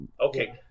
Okay